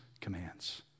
commands